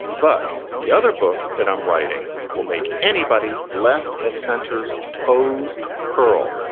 but the other book that i'm writing will make anybody left of center's toes curl.